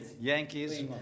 Yankees